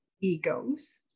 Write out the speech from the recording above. egos